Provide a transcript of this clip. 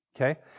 Okay